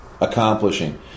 accomplishing